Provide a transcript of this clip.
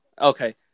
Okay